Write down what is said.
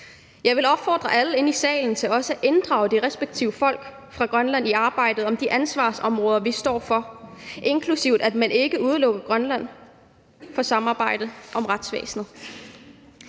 Jeg vil opfordre alle her i salen til også at inddrage de respektive folk fra Grønland i arbejdet om de ansvarsområder, vi står for, inklusive at man ikke udelukker Grønland fra samarbejde om retsvæsenet.